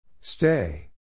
Stay